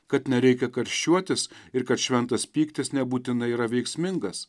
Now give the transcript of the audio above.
kad nereikia karščiuotis ir kad šventas pyktis nebūtinai yra veiksmingas